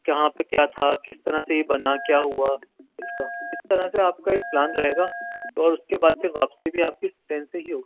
کہاں پہ کیا تھا کس طرح سے یہ بنا کیا ہُوا اِس کا اِس طرح سے آپ کا ایک پلان رہے گا اور اُس کے بعد پھر واپسی بھی آپ کی ٹرین سے ہی ہوگی